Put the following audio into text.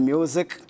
Music